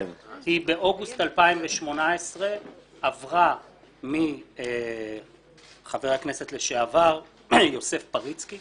באוגוסט 2018 היא עברה מחבר הכנסת לשעבר יוסף פריצקי,